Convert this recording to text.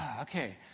okay